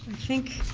think i